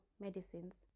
medicines